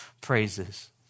praises